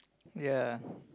ya